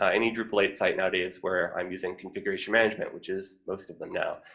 ah any drupal eight site nowadays where i'm using configuration management, which is most of them now.